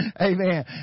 Amen